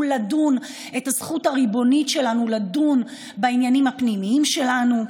הזכות הריבונית שלנו לדון בעניינים הפנימיים שלנו,